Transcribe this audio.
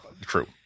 true